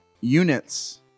units